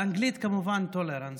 באנגלית, כמובן, tolerance,